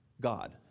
God